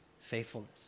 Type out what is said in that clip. faithfulness